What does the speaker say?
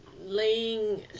laying